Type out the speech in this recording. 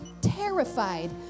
terrified